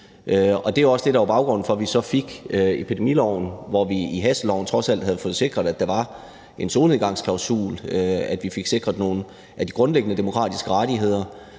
Det var også det, der var baggrunden for, at vi så fik epidemiloven. Hvor vi i hasteloven trods alt havde fået sikret, at der var en solnedgangsklausul, at vi fik sikret nogle af de grundlæggende demokratiske rettigheder